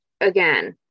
again